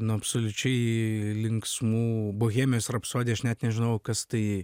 nuo absoliučiai linksmų bohemijos rapsodija aš net nežinau kas tai